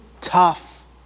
tough